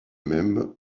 mêmes